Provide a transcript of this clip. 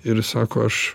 ir sako aš